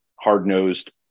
hard-nosed